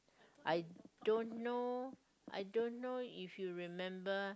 I don't know I don't know if you remember